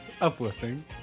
uplifting